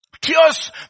Tears